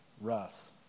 Russ